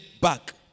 back